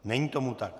Není tomu tak.